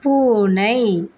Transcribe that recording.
பூனை